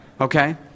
Okay